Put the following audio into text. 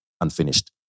unfinished